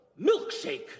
milkshake